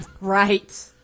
right